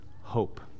hope